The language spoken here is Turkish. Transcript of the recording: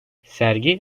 sergi